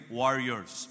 warriors